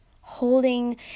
holding